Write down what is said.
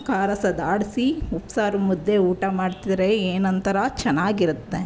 ಖಾರ ಸದಾಡ್ಸಿ ಉಪ್ಸಾರು ಮುದ್ದೆ ಊಟ ಮಾಡ್ತಿದ್ದರೆ ಏನು ಒಂಥರ ಚೆನ್ನಾಗಿರುತ್ತೆ